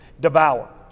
Devour